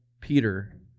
peter